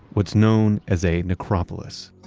what's known as a necropolis